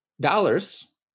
dollars